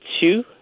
two